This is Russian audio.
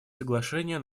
соглашения